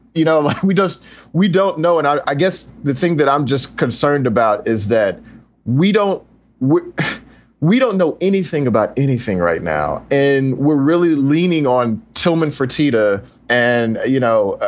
you know, we just we don't know. and i guess the thing that i'm just concerned about is that we don't we don't know anything about anything right now. and we're really leaning on tilman, fertitta and, you know,